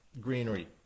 greenery